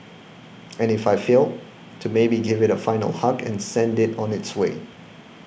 and if I failed to maybe give it a final hug and send it on its way